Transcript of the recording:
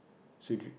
so do